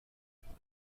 کنند